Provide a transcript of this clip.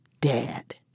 dead